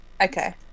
okay